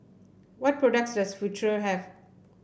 what products does Futuro have